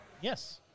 Yes